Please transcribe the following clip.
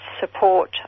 support